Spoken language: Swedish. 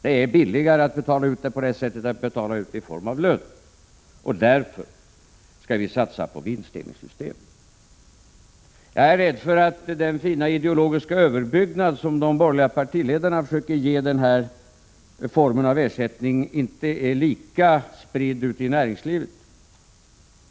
Det blir billigare att betala ut ersättning på det sättet än att betala ut den i form av lön, och därför skall vi satsa på vinstdelningssystem. Jag är rädd för att den fina ideologiska överbyggnad med arbetsglädje och medinflytande som de borgerliga partiledarna försöker ge denna form av ersättning inte är lika spridd ute i näringslivet.